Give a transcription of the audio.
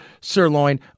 sirloin